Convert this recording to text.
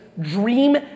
dream